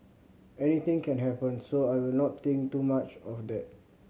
anything can happen so I will not think too much of that